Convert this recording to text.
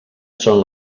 són